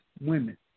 women